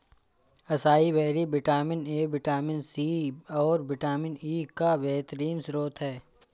acai berry vitamin A, vitamin C, और vitamin E का बेहतरीन स्त्रोत है